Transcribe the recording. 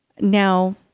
Now